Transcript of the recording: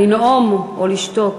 לנאום או לשתוק.